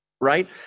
right